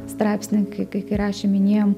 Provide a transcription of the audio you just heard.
straipsnį kai kai rašė minėjom